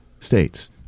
states